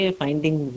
finding